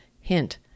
hint